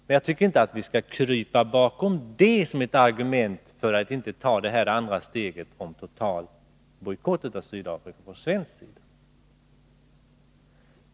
Men jag tycker inte att vi skall krypa bakom detta och låta det bli ett argument för att inte ta det andra steget — en totalbojkott av Sydafrika från svensk sida.